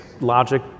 logic